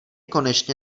konečně